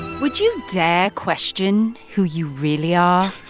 would you dare question who you really are?